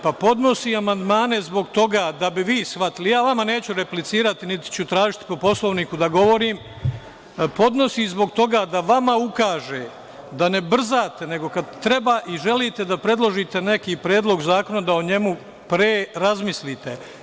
Podnosi amandmane zbog toga da bi vi shvatili, ja vama neću replicirati, niti ću tražiti po Poslovniku da govorim, podnosi zbog toga da vama ukaže da ne brzate, nego kad treba i želite da predložite neki predlog zakona da o njemu pre razmislite.